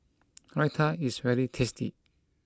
Raita is very tasty